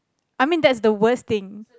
I mean that's the worst thing